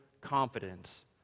confidence